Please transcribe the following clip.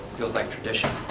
feels like tradition.